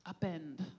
Upend